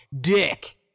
dick